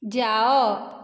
ଯାଅ